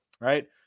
right